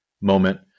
moment